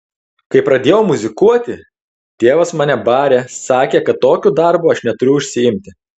kai pradėjau muzikuoti tėvas mane barė sakė kad tokiu darbu aš neturiu užsiimti